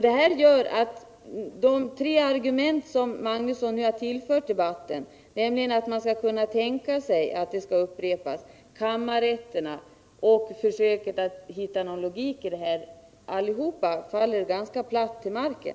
Detta gör att de tre argument som herr Magnusson tillfört debatten, att det som hänt på länsstyrelsen i Jönköping kan upprepas, detta med kammarrätter och försöken att åstadkomma någon logik i systemet, faller platt till marken.